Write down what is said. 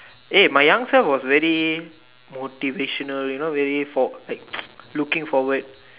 eh my young self was very motivational you know very for like looking forward